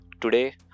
today